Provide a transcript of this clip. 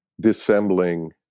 dissembling